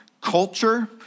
culture